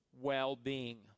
well-being